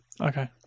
Okay